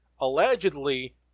allegedly